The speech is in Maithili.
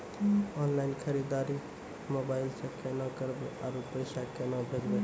ऑनलाइन खरीददारी मोबाइल से केना करबै, आरु पैसा केना भेजबै?